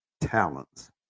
talents